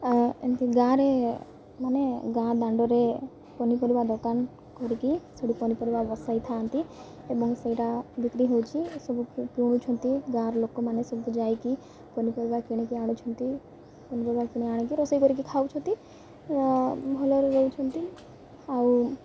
ଏମତି ଗାଁରେ ମାନେ ଗାଁ ଦାଣ୍ଡରେ ପନିପରିବା ଦୋକାନ କରିକି ସେଠୁ ପନିପରିବା ବସାଇଥାନ୍ତି ଏବଂ ସେଇଟା ବିକ୍ରି ହଉଚି ସବୁ କିଣୁଛନ୍ତି ଗାଁର ଲୋକମାନେ ସବୁ ଯାଇକି ପନିପରିବା କିଣିକି ଆଣୁଛନ୍ତି ପନିପରିବା କିଣି ଆଣିକି ରୋଷେଇ କରିକି ଖାଉଛନ୍ତି ଭଲରେ ରହୁଛନ୍ତି ଆଉ